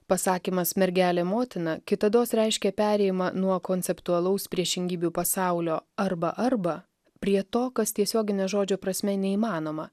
pasakymas mergelė motina kitados reiškė perėjimą nuo konceptualaus priešingybių pasaulio arba arba prie to kas tiesiogine žodžio prasme neįmanoma